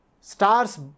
stars